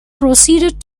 proceeded